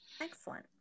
excellent